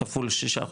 כפול שישה חודשים.